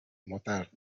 mortal